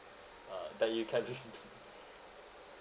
ah that you can